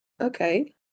okay